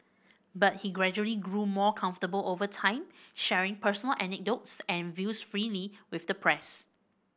but he gradually grew more comfortable over time sharing personal anecdotes and views freely with the press